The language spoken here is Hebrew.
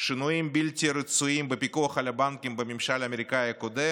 שינויים בלתי רצויים בפיקוח על הבנקים בממשל האמריקאי הקודם.